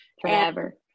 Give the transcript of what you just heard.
forever